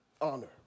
honor